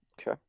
Okay